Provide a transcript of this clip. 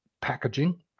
packaging